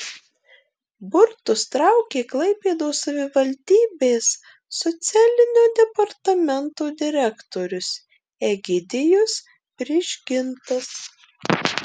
burtus traukė klaipėdos savivaldybės socialinio departamento direktorius egidijus prižgintas